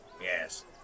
Yes